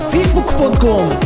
Facebook.com